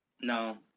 No